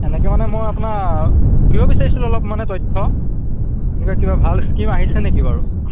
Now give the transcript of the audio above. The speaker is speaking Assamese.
এনেকে মানে মই আপোনাক সুধিব বিচাৰিছিলোঁ অলপ মানে তথ্য এনেকুৱা কিবা ভাল স্কীম আহিছে নেকি বাৰু